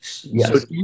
Yes